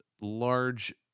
large